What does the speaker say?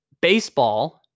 baseball